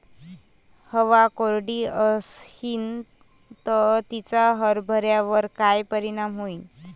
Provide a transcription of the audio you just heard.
हवा कोरडी अशीन त तिचा हरभऱ्यावर काय परिणाम होईन?